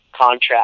contract